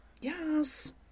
yes